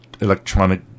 electronic